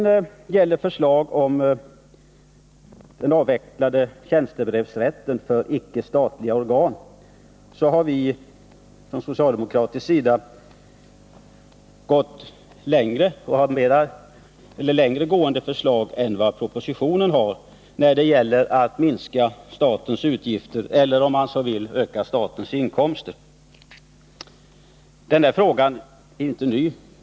När det sedan gäller förslag om avveckling av tjänstebrevsrätten för icke statliga organ har vi från socialdemokratisk sida längre gående förslag än propositionen om att minska statens utgifter eller, om man så vill, öka statens Besparingar i inkomster. Denna fråga är inte ny.